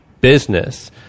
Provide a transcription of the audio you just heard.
business